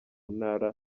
ntara